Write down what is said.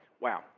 Wow